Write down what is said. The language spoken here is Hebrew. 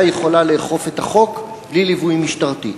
יכולה לאכוף את החוק בלי ליווי משטרתי.